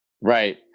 right